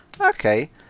okay